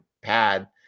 pad